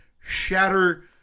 shatter